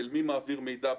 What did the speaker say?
שאומרות מי מעביר מידע,